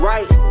Right